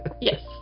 yes